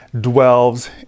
dwells